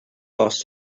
lost